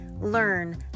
Learn